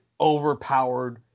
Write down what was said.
overpowered